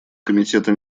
комитета